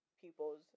people's